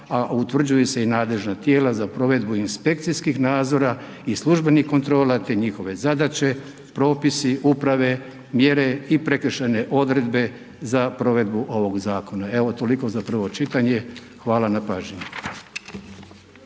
a utvrđuju se i nadležna tijela za provedbu inspekcijskih nadzora i službenih kontrola te njihove zadaće, propisi, uprave, mjere i prekršajne odredbe za provedbu ovog zakona. Evo, toliko za prvo čitanje. Hvala na pažnji.